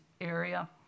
area